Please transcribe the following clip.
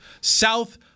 South